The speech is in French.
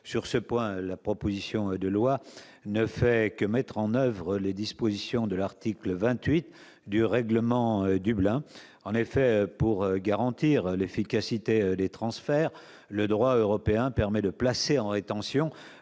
Sur ce point, la proposition de loi ne fait que mettre en oeuvre les dispositions de l'article 28 du règlement Dublin. En effet, pour garantir l'efficacité des transferts, le droit européen permet de placer en rétention